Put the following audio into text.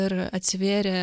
ir atsivėrė